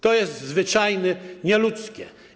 To jest zwyczajnie nieludzkie.